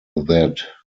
that